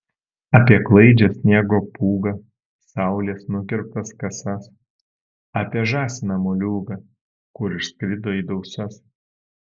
apie klaidžią sniego pūgą saulės nukirptas kasas apie žąsiną moliūgą kur išskrido į dausas